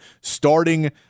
starting